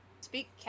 speak